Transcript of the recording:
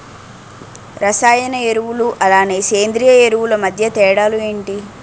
రసాయన ఎరువులు అలానే సేంద్రీయ ఎరువులు మధ్య తేడాలు ఏంటి?